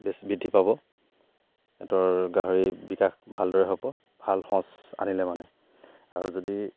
বেছ বৃদ্ধি পাব সিহঁতৰ গাহৰি বিকাশ ভালদৰে হ'ব ভাল সঁচ আনিলে মানে আৰু যদি